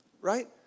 right